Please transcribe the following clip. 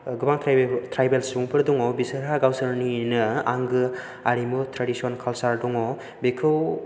गोबां ट्राइबेल सुबुंफोर दङ बिसोरहा गावसोरनिनो आंगो आरिमु ट्रेडिसन कालसार दङ बेखौ